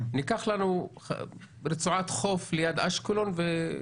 ניקח לנו רצועת חוף ליד אשקלון ו...